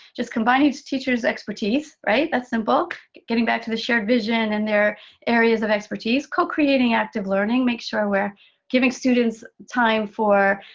just combining teachers' expertise, right? but so simple. getting back to the shared vision and their areas of expertise, co-creating active learning, make sure we're giving students time for,